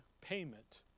payment